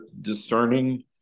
discerning